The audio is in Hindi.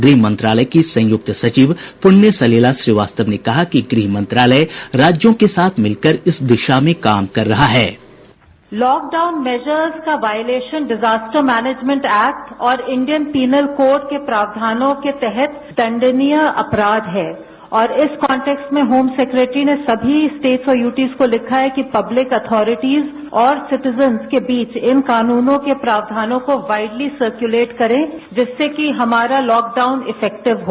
गृहमंत्रालय की संयुक्त सचिव पुण्य सलिला श्रीवास्तव ने कहा कि गृह मंत्रालय राज्यों के साथ मिलकर इस दिशा में काम कर रहा है sound bite Punya Salila lockdown measures का वॉयलेशन डिजास्टर मैनेजमैन्ट एक्ट और इंडियन पीनल कोर्ट के प्रावधानों के तहत दंडनीय अपराध है और इस कांटैस्ट में होम सैक्रेटरी ने समी स्टेटस और यूटीज को लिखा है कि पब्लिक अथॉरिटीज और सिटीजन्स के बीच इन कानूनों के प्रावधानों को वाइडली सरक्यूलेट करें जिससे कि हमारा लॉकडाउन इफैक्टिव हो